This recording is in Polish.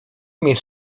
mieć